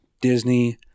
Disney